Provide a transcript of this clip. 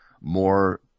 more